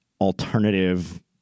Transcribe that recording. alternative